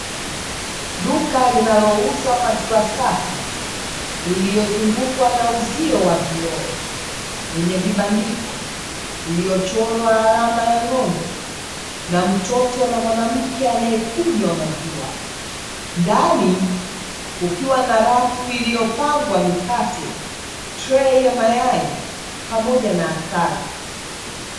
Duka linalouza maziwa safi lililozungukwa na uzio wa vioo wenye vibandiko iliyochorwa alama ya ng'ombe na mtoto na mwanamke anaye kunywa maziwa, ndani kukiwa na rafu iliyopangwa mikate, trei ya mayai, pamoja na asali.